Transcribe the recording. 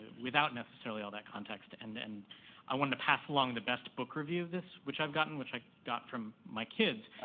without necessarily all that context. and and i wanted to pass along the best book review of this which i've gotten, which i got from my kids,